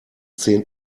zehn